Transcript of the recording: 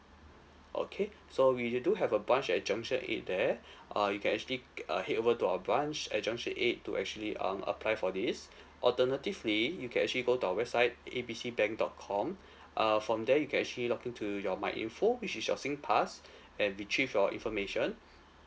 okay so we do have a branch at junction eight there uh you can actually g~ uh head over to our branch at junction eight to actually um apply for this alternatively you can actually go to our website A B C bank dot com uh from there you can actually log in to your myinfo which is your singpass and retrieve your information